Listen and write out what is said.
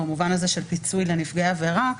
במובן הזה של פיצוי לנפגעי עבירה,